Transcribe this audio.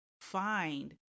find